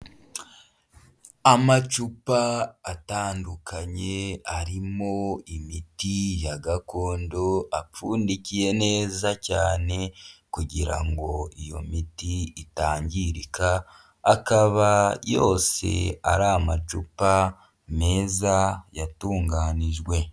Amacupa atandukanye, arimo imiti ya gakondo, apfundikiye neza cyane, kugira ngo iyo miti itangirika, akaba yose ari amacupa meza yatunganijwe.